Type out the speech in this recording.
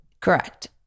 Correct